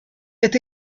est